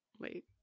Wait